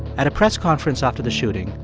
at a press conference after the shooting,